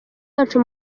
wacu